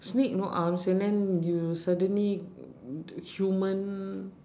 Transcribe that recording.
snake no arms and then you suddenly human